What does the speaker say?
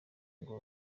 ngo